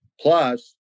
Plus